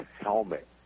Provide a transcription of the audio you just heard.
helmet